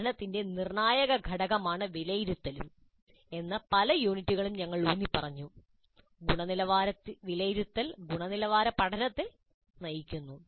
പഠനത്തിന്റെ നിർണ്ണായക ഘടകമാണ് വിലയിരുത്തലും എന്ന് പല യൂണിറ്റുകളിലും ഞങ്ങൾ ഊന്നിപ്പറഞ്ഞു ഗുണനിലവാര വിലയിരുത്തൽ ഗുണനിലവാര പഠനത്തെ നയിക്കുന്നു